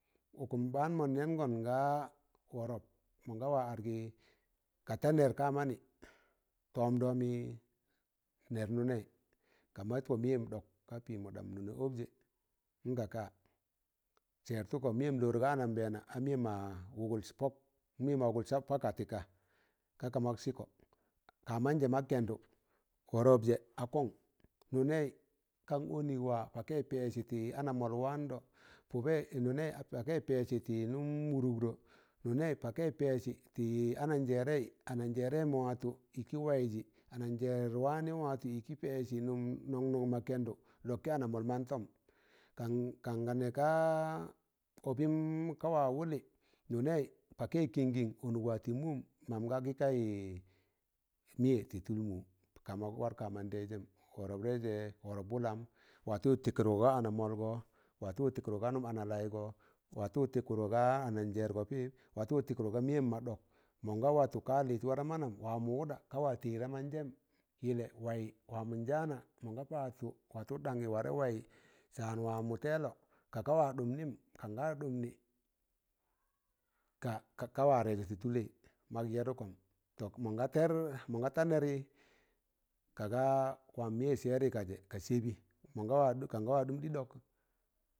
ụkụm baan n nẹẹngọn nga wọrọp mọ ga wa argị ka ta nẹr ka manị, tọọmɗọmị nẹr nụnẹi,̣ ka maz pọ mịyẹm ɗọk, kaga pimọ, ɗam nụnọ ọbjẹ ngaka? sẹẹr tụkọ, miyẹm looro ga anambeena a mịyẹm ma ụgụl sap pụka tịka, ka ka mak sịkọ, ka- manjẹ mak kẹndụ wọrọp jẹ a kọng, nụnẹị kan ọnị wa, pakẹ a pẹ'sị tị ana mọl waandọ, pụbẹị, mụnẹị pakaị pẹ'sị tị nụm wụrụgdọ, nụnẹị pakaị pẹ'sị tị ana jẹẹrẹị ananjẹẹrẹị mọ watụ ịkị waịzị, anam jẹẹr waanị watụ ịkị pẹ'sị, nọn nọn ma kẹndụ lọk kị ana mọl mantọm, kan ga nẹg kaa ọbịm ka wa wụlị nụnẹị pakaị kịngịn ọnụk wa tị mụm, mam ga gị kayị mịyẹ tị tụl mụ, ka mọk wak ka- mandaịzẹm, wọrọp taịze wọrọp wụlam, watị tịkụdgọ ga nụm analaịgọ, watụ tiḳụdgọ ga anajẹẹrgọ pịp, watu tịkụdgọ ga mẹyem ma ɗọk mọnga watụ, ka lịz wa da maanam wa mọ wụɗa ka wa teyi da manjẹm yịlẹ wayị, wamọ njaanẹ mọ ga paadtụ warẹ ɗanyị warẹ wayị, saanwa mọ tẹẹlọ ka ga wa ɗumnịm kaga ɗụmnị ka kawa rẹịzọ tị tụlẹị mak yẹrụ kọ mọn ga ta nẹrị kaga wam mẹye sẹẹrị ga jẹ ka sẹbị, kanga wa ɗụm ɗị ɗọk.